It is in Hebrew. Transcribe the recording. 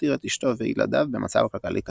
והותיר את אשתו וילדיו במצב כלכלי קשה.